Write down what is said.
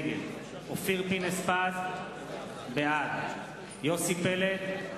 נגד אופיר פינס-פז, בעד יוסי פלד,